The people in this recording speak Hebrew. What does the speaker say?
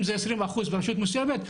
אם זה 20% ברשות מסוימת,